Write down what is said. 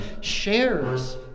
shares